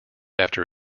after